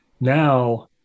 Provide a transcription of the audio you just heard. now